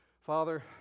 Father